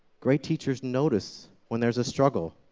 great teachers notice when there's a struggle.